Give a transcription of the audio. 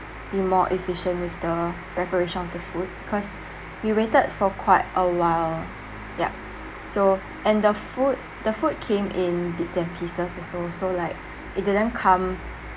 be more efficient with the preparation of the food because we waited for quite a while yup so and the food the food came in bits and pieces also so like it didn't come